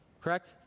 Correct